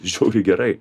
žiauriai gerai